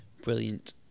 Brilliant